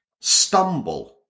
Stumble